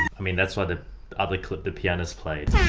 i mean that's why the other clip the pianist plays.